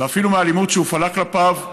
ואפילו מאלימות שהופעלה כלפיו,